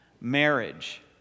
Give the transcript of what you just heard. marriage